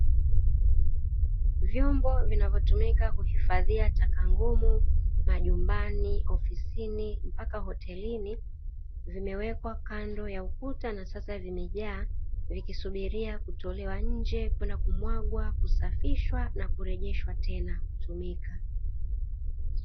Vyombo vinavyotumika kuhifadhia taka ngumu majumbani, ofisi na hata hotelini , vimewekwa kando ya ukuta na sasa vimejaa ,vikisubiria kutolewa nje kwenda kumwagwa kusafishwa na kurejea tena kutumika.